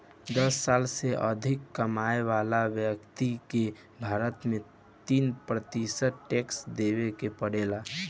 दस लाख से अधिक कमाए वाला ब्यक्ति के भारत में तीस प्रतिशत टैक्स देवे के पड़ेला